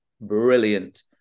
brilliant